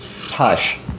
Hush